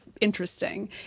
interesting